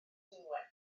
dwynwen